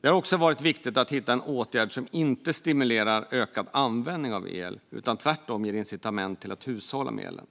Det har också varit viktigt att hitta en åtgärd som inte stimulerar ökad användning av el utan tvärtom ger incitament att hushålla med elen.